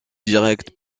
direct